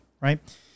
Right